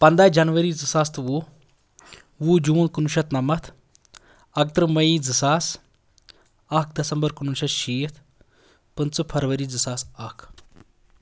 پَنداہ جَنوری زٕساس تہٕ وُہ وُہ جوٗن کُنوُہ شیٚتھ نَمَتھ اَکتٕرٛہ مَے زٕساس اَکھ دَسمبر کُنوُہ شیٚتھ شیٖتھ پٕنٛژٕ فرؤری زٕساس اَکھ